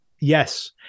Yes